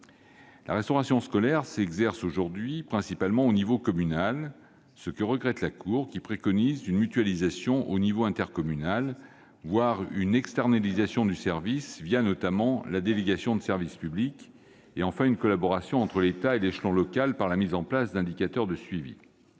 La restauration scolaire s'exerce principalement à l'échelon communal. La Cour le regrette. Elle préconise une mutualisation à l'échelle intercommunale, voire une externalisation du service, notamment la délégation de service public, et enfin une collaboration entre l'État et l'échelon local pour la mise en place d'indicateurs de suivi.